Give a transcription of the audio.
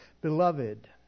Beloved